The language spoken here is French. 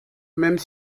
même